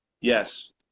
Yes